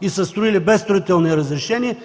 и са строили без строителни разрешения,